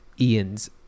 Ian's